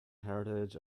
heritage